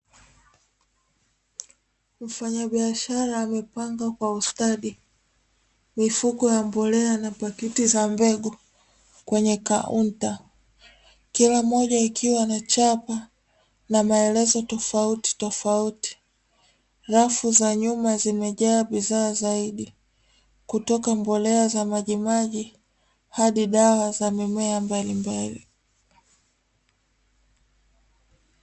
Mfanyabiashara amepanga kwa ustadi mifuko ya mbolea na pakiti za mbegu kwenye kaunta, kila moja ikiwa na chapa na maelezo tofautitofauti rafu za nyuma zimejaa bidhaa zaidi kutoka mbolea za majimaji hadi dawa za mimea mbalimbali.